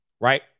Right